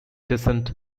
descent